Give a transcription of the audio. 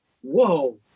whoa